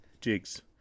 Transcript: Jigs